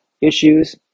issues